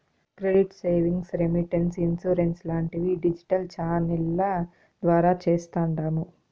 credit savings, remittance, insurance లాంటివి digital ఛానెల్ల ద్వారా చేస్తాండాము